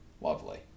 Lovely